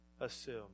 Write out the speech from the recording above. assume